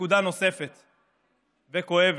נקודה נוספת וכואבת,